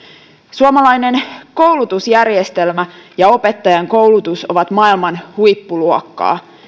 suomalainen koulutusjärjestelmä ja opettajankoulutus ovat maailman huippuluokkaa